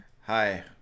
Hi